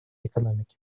экономики